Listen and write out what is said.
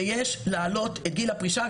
שיש להעלות את גיל הפרישה,